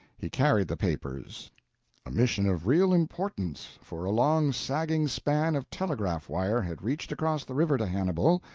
he carried the papers a mission of real importance, for a long, sagging span of telegraph-wire had reached across the river to hannibal,